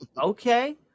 okay